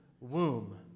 womb